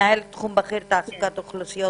תצטרכי